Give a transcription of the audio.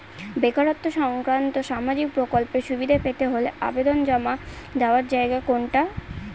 বেকারত্ব সংক্রান্ত সামাজিক প্রকল্পের সুবিধে পেতে হলে আবেদন জমা দেওয়ার জায়গা কোনটা?